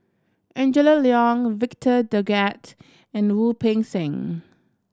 Angela Liong Victor Doggett and Wu Peng Seng